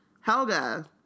Helga